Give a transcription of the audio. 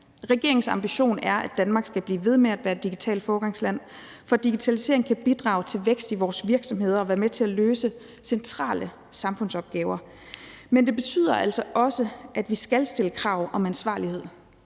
Regeringens ambition er, at Danmark skal blive ved med at være et digitalt foregangsland, for digitalisering kan bidrage til vækst i vores virksomheder og være med til at løse centrale samfundsopgaver. Men det betyder altså også, at vi skal stille krav om ansvarlighed